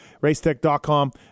Racetech.com